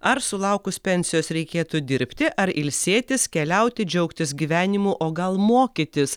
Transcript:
ar sulaukus pensijos reikėtų dirbti ar ilsėtis keliauti džiaugtis gyvenimu o gal mokytis